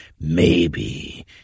Maybe